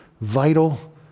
vital